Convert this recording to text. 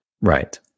Right